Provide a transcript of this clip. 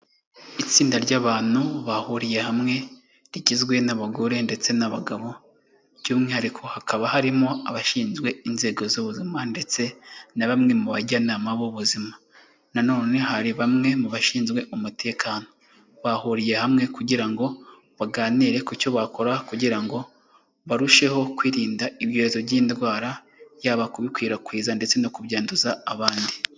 Itsinda ry'abantu bahuriye hamwe rigizwe n'abagore ndetse n'abagabo by'umwihariko hakaba harimo abashinzwe inzego z'ubuzima ndetse na bamwe mu bajyanama b'ubuzima, nanone hari bamwe mu bashinzwe umutekano bahuriye hamwe kugira ngo baganire ku cyo bakora kugira ngo barusheho kwirinda ibyorezo by'indwara yaba kubikwirakwiza ndetse no kubyanduza abandi.